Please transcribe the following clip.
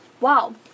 wow